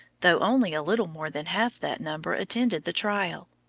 though only a little more than half that number attended the trial.